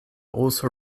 also